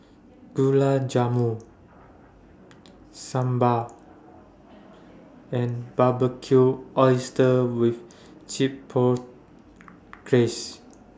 Gulab Jamun Sambar and Barbecued Oysters with Glaze